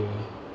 okay